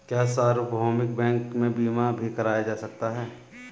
क्या सार्वभौमिक बैंक में बीमा भी करवाया जा सकता है?